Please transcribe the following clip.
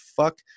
fuck